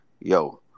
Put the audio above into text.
Yo